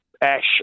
Ash